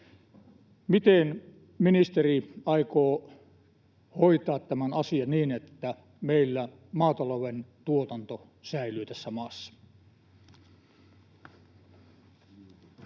Miten ministeri aikoo hoitaa tämän asian, niin että meillä maatalouden tuotanto säilyy tässä maassa?